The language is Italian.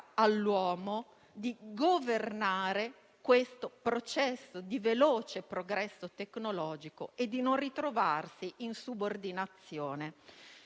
all'uomo di governare questo processo di veloce progresso tecnologico e di non ritrovarsi in subordinazione,